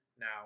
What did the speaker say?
Now